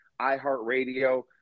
iHeartRadio